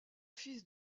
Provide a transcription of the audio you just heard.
fils